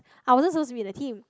I wasn't supposed to be in the team